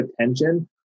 attention